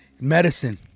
Medicine